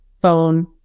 phone